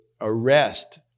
arrest